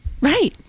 Right